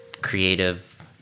creative